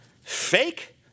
fake